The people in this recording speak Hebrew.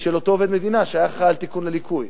של אותו עובד מדינה שהיה אחראי לתיקון הליקוי,